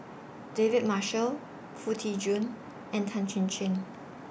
David Marshall Foo Tee Jun and Tan Chin Chin